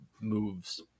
moves